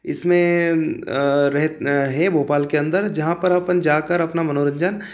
इसमें रह है भोपाल के अंदर जहाँ पर अपन जाकर अपना मनोरंजन